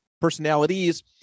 personalities